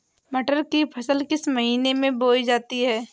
मटर की फसल किस महीने में बोई जाती है?